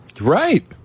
Right